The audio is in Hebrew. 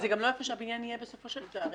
זה גם לא איפה שהבניין יהיה בסופו של תהליך.